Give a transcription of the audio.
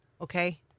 Okay